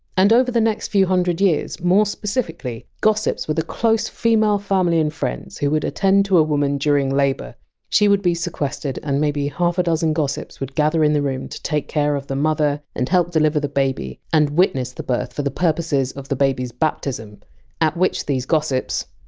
and over the next few hundred years, more specifically, gossips were the close female family and friends who would attend to a woman during labour she would be sequestered and maybe half a dozen gossips would gather in the room to take care of the mother and help deliver the baby and witness the birth for the purposes of the baby! s baptism at which these gossips,